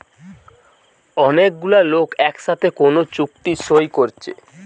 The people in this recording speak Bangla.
অনেক গুলা লোক একসাথে কোন চুক্তি সই কোরছে